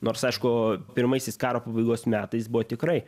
nors aišku pirmaisiais karo pabaigos metais buvo tikrai